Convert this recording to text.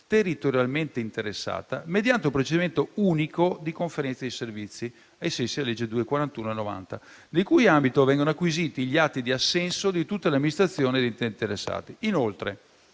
territorialmente interessata, mediante un procedimento unico di conferenze di servizi, ai sensi della legge n. 241 del 1990, nel cui ambito vengono acquisiti gli atti di assenso di tutte le amministrazioni e ditte interessate. Inoltre,